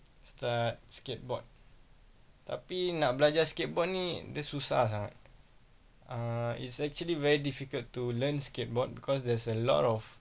start skateboard tapi nak belajar skateboard ni dia susah sangat err it's actually very difficult to learn skateboard because there's a lot of